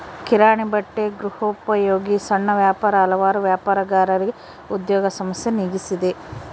ಕಿರಾಣಿ ಬಟ್ಟೆ ಗೃಹೋಪಯೋಗಿ ಸಣ್ಣ ವ್ಯಾಪಾರ ಹಲವಾರು ವ್ಯಾಪಾರಗಾರರಿಗೆ ಉದ್ಯೋಗ ಸಮಸ್ಯೆ ನೀಗಿಸಿದೆ